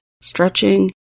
stretching